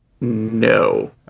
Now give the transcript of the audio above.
No